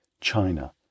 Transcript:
China